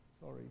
Sorry